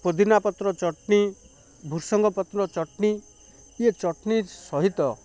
ପୁଦିନା ପତ୍ର ଚଟନୀ ଭୃଷଙ୍ଗ ପତ୍ର ଚଟନୀ ଇଏ ଚଟନୀ ସହିତ